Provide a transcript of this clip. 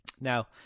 Now